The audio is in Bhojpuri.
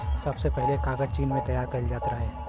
सबसे पहिले कागज चीन में तइयार कइल जात रहे